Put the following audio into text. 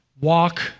walk